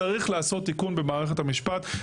צריך לעשות תיקון במערכת המשפט,